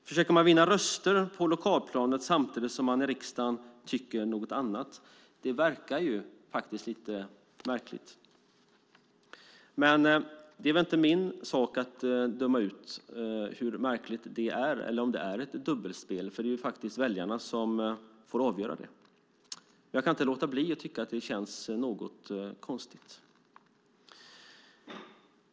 Försöker man vinna röster på lokalplanet samtidigt som man i riksdagen tycker något annat? Det verkar lite märkligt. Det är inte min sak att döma hur märkligt det är eller om det är ett dubbelspel. Det får väljarna avgöra, men jag kan inte låta bli att tycka att det känns något konstigt. Fru talman!